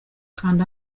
kanda